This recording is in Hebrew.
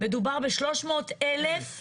מדובר בשלוש מאות אלף מבנים,